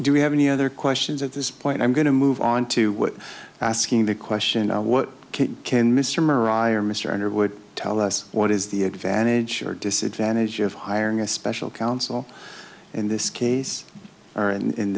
do we have any other questions at this point i'm going to move on to what asking the question what can mr mariah or mr underwood tell us what is the advantage or disadvantage of hiring a special counsel in this case or in